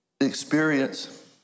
experience